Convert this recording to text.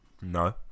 No